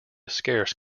scarce